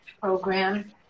program